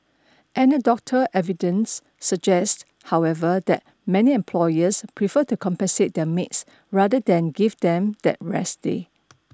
anecdotal evidence suggests however that many employers prefer to compensate their maids rather than give them that rest day